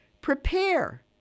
Prepare